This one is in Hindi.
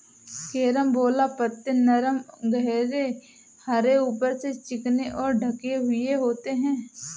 कैरम्बोला पत्ते नरम गहरे हरे ऊपर से चिकने और ढके हुए होते हैं